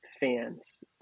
fans